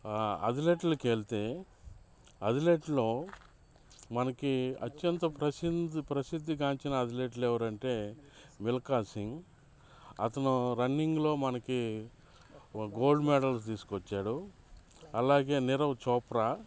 అథ్లెట్లకెళ్తే అథ్లెట్లో మనకి అత్యంత ప్రసింది ప్రసిద్ధిగాంచిన అథ్లెట్లు ఎవరు అంటే మిల్కా సింగ్ అతను రన్నింగ్లో మనకి ఓ గోల్డ్ మెడల్ తీసుకొచ్చాడు అలాగే నీరవ్ చోప్రా